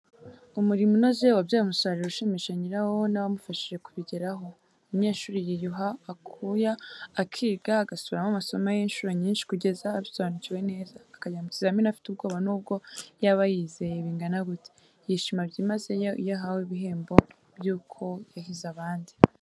Umurimo unoze wabyaye umusaruro ushimisha nyirawo n'abamufashije kubigeraho. Umunyeshuri yiyuha akuya akiga, agasubiramo amasomo ye inshuro nyinshi, kugeza abisobanukiwe neza, akajya mu kizamini afite ubwoba n'ubwo yaba yiyizeye bingana gute! Yishima byimazeyo iyo ahawe ibihembo by'uko yahize abandi.